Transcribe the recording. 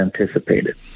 anticipated